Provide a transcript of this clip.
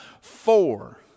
four